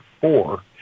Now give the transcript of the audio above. four